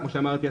כמו שאמרתי,